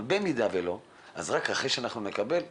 אבל במידה ולא, רק אחרי שאנחנו נקבל פניות?